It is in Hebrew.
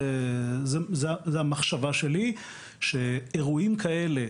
היא שכאשר יש אירועים גדולים כאלה,